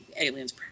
Aliens